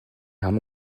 haben